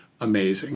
Amazing